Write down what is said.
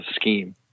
scheme